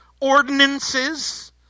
ordinances